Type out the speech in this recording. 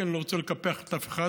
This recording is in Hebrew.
כי אני לא רוצה לקפח אף אחד,